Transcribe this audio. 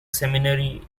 seminary